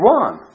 one